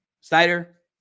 snyder